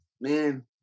man